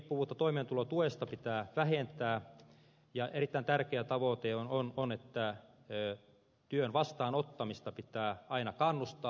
riippuvuutta toimeentulotuesta pitää vähentää ja erittäin tärkeä tavoite on että työn vastaanottamiseen pitää aina kannustaa